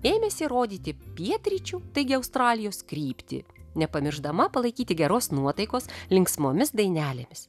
ėmėsi rodyti pietryčių taigi australijos kryptį nepamiršdama palaikyti geros nuotaikos linksmomis dainelėmis